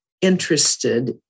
interested